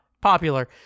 popular